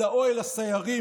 אלא אוהל הסיירים,